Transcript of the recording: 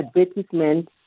advertisements